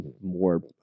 more